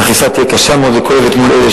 האכיפה תהיה קשה מאוד וכואבת מול אלה